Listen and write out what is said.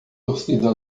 torcida